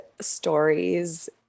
stories